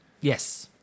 Yes